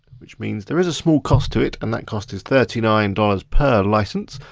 which means there is a small cost to it. and that cost is thirty nine dollars per licence.